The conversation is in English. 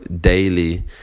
daily